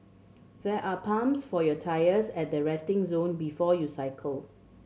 there are pumps for your tyres at the resting zone before you cycle